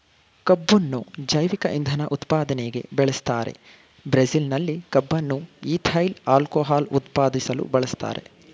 ಕಬ್ಬುನ್ನು ಜೈವಿಕ ಇಂಧನ ಉತ್ಪಾದನೆಗೆ ಬೆಳೆಸ್ತಾರೆ ಬ್ರೆಜಿಲ್ನಲ್ಲಿ ಕಬ್ಬನ್ನು ಈಥೈಲ್ ಆಲ್ಕೋಹಾಲ್ ಉತ್ಪಾದಿಸಲು ಬಳಸ್ತಾರೆ